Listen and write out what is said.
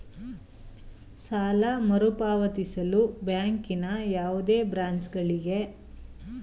ಸಾಲ ಮರುಪಾವತಿಸಲು ಬ್ಯಾಂಕಿನ ಯಾವುದೇ ಬ್ರಾಂಚ್ ಗಳಿಗೆ ಹೋಗಬಹುದೇ?